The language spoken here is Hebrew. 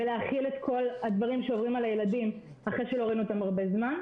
ולהכיל את כל הדברים שעוברים על הילדים אחרי שלא ראינו אותם הרבה זמן.